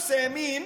מלתוס האמין